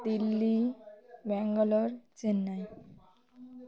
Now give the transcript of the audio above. Delhi Bangalore Chennai